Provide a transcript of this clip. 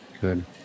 Good